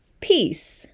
Peace